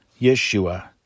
Yeshua